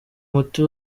muti